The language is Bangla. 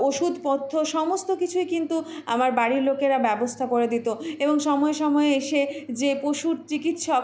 ওষুধ পথ্য সমস্ত কিছুই কিন্তু আমার বাড়ির লোকেরা ব্যবস্থা করে দিত এবং সময়ে সময়ে এসে যে পশুর চিকিৎসক